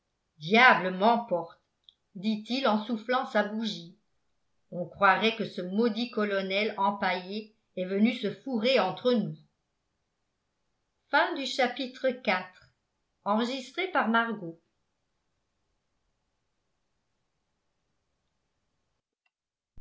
diable m'emporte dit-il en soufflant sa bougie on croirait que ce maudit colonel empaillé est venu se fourrer entre nous